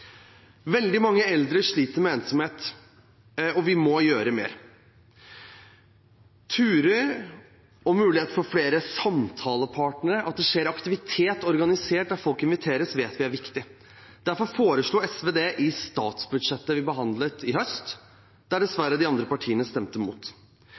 Veldig mange eldre sliter med ensomhet, og vi må gjøre mer. Turer og mulighet for flere samtalepartnere, organisert aktivitet der folk inviteres, vet vi er viktig. Derfor foreslo SV det i statsbudsjettet vi behandlet i høst,